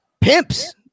Pimps